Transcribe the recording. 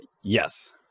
yes